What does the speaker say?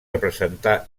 representar